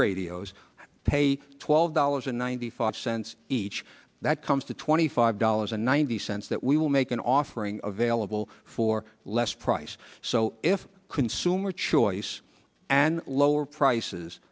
radios pay twelve dollars and ninety five cents each that comes to twenty five dollars and ninety cents that we will make an offering available for less price so if consumer choice and lower prices